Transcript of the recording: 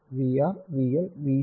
VR VL V C